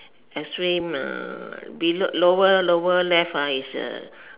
extreme uh below lower lower left ah is a